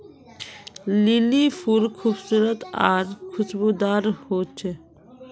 lily फुल खूबसूरत आर खुशबूदार होचे